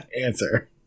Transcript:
answer